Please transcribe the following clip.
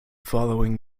following